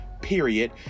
period